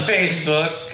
Facebook